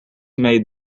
made